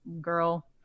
girl